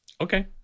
Okay